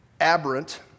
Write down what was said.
aberrant